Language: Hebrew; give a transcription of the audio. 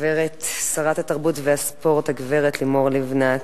שרת התרבות והספורט, הגברת לימור לבנת.